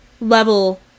level